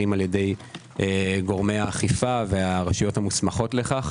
על יד גורמי האכיפה והרשויות המוסמכות לכך.